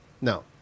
no